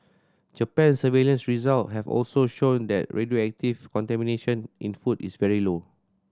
Japan's surveillance result have also shown that radioactive contamination in food is very low